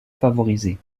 favorisée